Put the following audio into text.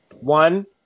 One